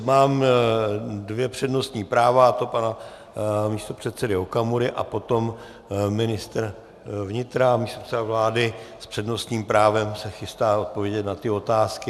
Mám dvě přednostní práva, a to pana místopředsedy Okamury a potom ministr vnitra a místopředseda vlády s přednostním právem se chystá odpovědět na ty otázky.